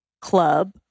club